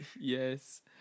yes